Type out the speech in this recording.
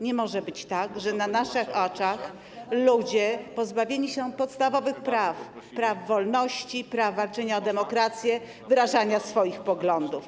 Nie może być tak, że na naszych oczach ludzie są pozbawiani podstawowych praw, praw wolności - prawa czynią demokrację - i wyrażania swoich poglądów.